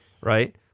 right